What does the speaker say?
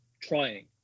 trying